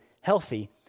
healthy